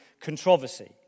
controversy